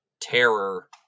terror